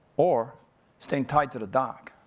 or staying tied to the dock?